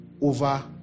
over